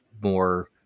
more